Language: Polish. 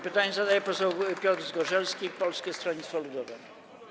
Pytanie zadaje poseł Piotr Zgorzelski, Polskie Stronnictwo Ludowe.